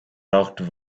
rocked